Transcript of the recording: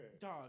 Dog